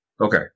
Okay